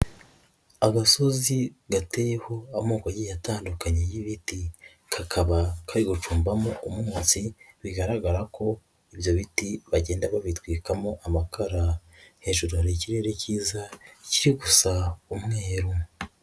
Agasozi gateyeho amoko agiye atandukanye y'ibiti kakaba kagucumbamo umwotsi bigaragara ko ibyo biti bagenda babitwikamo amakara, hejuru hari ikirere kiza kiri gusa umweru.